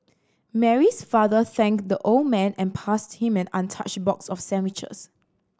Mary's father thanked the old man and passed him an untouched box of sandwiches